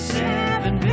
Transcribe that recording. seven